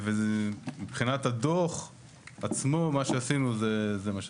מבחינת הדוח עצמו, מה שעשינו, זה מה שעשינו.